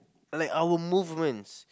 like our movements